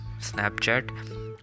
snapchat